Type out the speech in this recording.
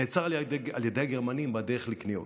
נעצר על ידי הגרמנים בדרך לקניות